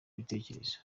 ibitekerezo